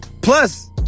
Plus